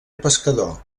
pescador